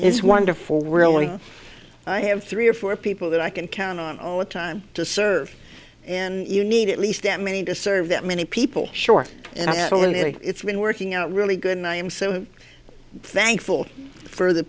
it's wonderful really i have three or four people that i can count on all the time to serve and you need at least that many to serve that many people short it's been working out really good and i am so thankful for the